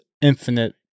infinite